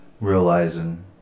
realizing